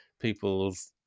people's